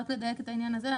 רק לדייק את העניין הזה,